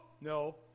no